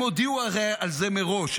הם הודיעו על זה מראש.